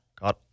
God